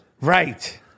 Right